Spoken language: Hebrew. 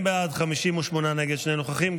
40 בעד, 58 נגד, שני נוכחים.